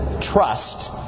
trust